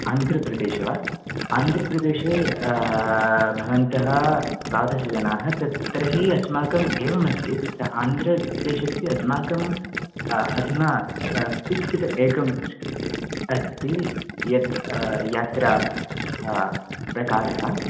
आन्ध्रप्रदेशे वा आन्ध्रप्रदेशे भवन्तः द्वादशजनाः त तर्हि अस्माकम् एवमस्ति तत्र आन्ध्रदेशस्य अस्माकम् अ अधुना ईप्सितं एकमस्ति यत् यात्रा प्रकारः